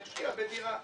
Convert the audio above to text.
אני אשקיע בדירה,